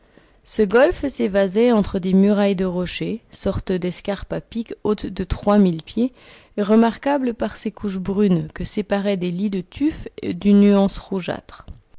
ce golfe s'évasait entre des murailles de rochers sorte d'escarpe à pic haute de trois mille pieds et remarquable par ses couches brunes que séparaient des lits de tuf d'une nuance rougeâtre